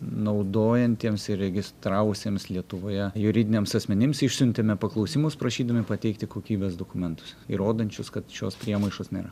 naudojantiems įregistravusiems lietuvoje juridiniams asmenims išsiuntėme paklausimus prašydami pateikti kokybės dokumentus įrodančius kad šios priemaišos nėra